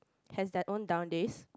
has their own down days